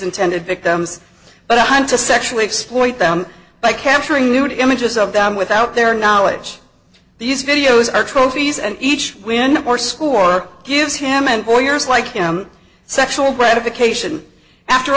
intended victims but hunt to sexually exploit them by capturing nude images of them without their knowledge these videos are trophies and each win for school or gives him and for years like sexual gratification after